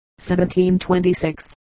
1726